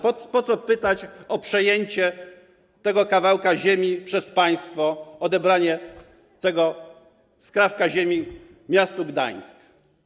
Po co pytać o przejęcie tego kawałka ziemi przez państwo, o odebranie tego skrawka ziemi miastu Gdańskowi?